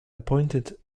appointed